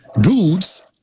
dudes